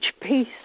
peace